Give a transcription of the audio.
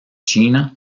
china